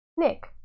Nick